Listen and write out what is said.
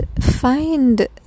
find